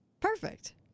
Perfect